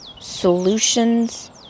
solutions